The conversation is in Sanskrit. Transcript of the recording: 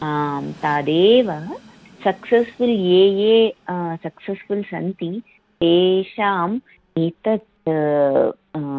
आं तदेव सक्सस्फुल् ये ये सक्सस् फुल् सन्ति तेषाम् एतत्